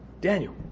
Daniel